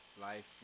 Life